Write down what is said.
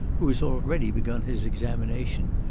who has already begun his examination,